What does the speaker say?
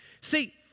See